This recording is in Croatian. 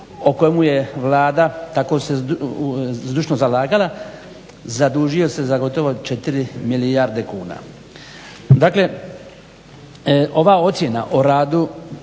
o kojemu je Vlada tako se zdušno zalagala zadužio se za gotovo 4 milijarde kuna. Dakle ova ocjena o radu